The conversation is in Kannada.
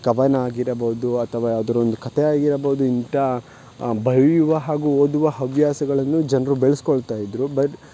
ಕವನ ಆಗಿರಬೌದು ಅಥವಾ ಯಾವ್ದಾರೊಂದು ಕತೆ ಆಗಿರಬೌದು ಇಂಥ ಬರೆಯುವ ಹಾಗೂ ಓದುವ ಹವ್ಯಾಸಗಳನ್ನು ಜನರು ಬೆಳೆಸ್ಕೊಳ್ತಾ ಇದ್ದರು ಬಟ್